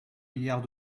milliards